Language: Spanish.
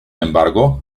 embargo